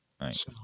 Right